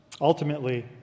Ultimately